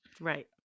right